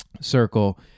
circle